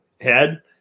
head